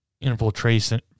infiltration